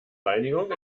reinigung